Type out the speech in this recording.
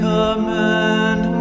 command